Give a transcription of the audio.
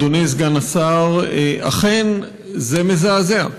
אדוני סגן השר, אכן, זה מזעזע.